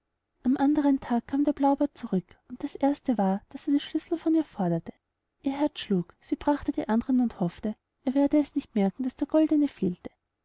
am andern tag kam der blaubart zurück und das erste war daß er die schlüssel von ihr forderte ihr herz schlug sie brachte die andern und hoffte er werde es nicht bemerken daß der goldene fehlte